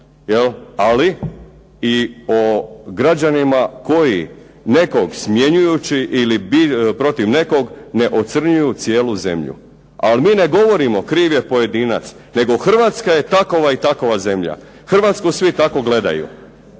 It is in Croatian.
Ali i o građanima koji nekog smjenjujući ili protiv nekog ne ocrnjuju cijelu zemlju. Ali mi ne govorimo kriv je pojedinac, nego Hrvatska je takova i takova zemlja, Hrvatsku svi tako gledaju.